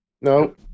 No